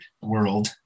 world